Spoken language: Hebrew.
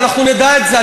ואנחנו נדע את זה.